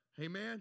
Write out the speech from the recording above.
Amen